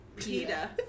Peta